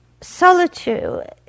solitude